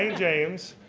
james.